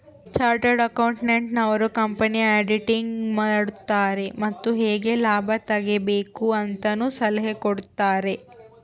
chartered accountant ನವರು ಕಂಪನಿಯ auditing ಮಾಡುತಾರೆ ಮತ್ತು ಹೇಗೆ ಲಾಭ ತೆಗಿಬೇಕು ಅಂತನು ಸಲಹೆ ಕೊಡುತಾರೆ